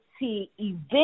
event